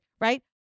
right